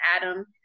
Adam